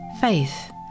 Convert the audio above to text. faith